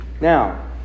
Now